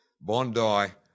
Bondi